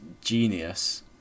genius